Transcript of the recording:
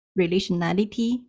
relationality